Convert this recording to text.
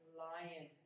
lion